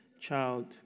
child